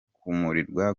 kumirwa